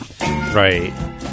Right